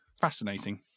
Fascinating